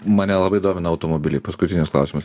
mane labai domina automobiliai paskutinis klausimas